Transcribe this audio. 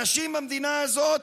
אנשים במדינה הזאת,